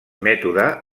mètode